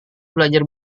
belajar